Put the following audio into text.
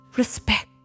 respect